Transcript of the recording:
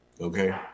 okay